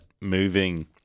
moving